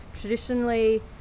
traditionally